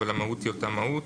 אבל המהות היא אותה מהות: